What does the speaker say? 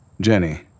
jenny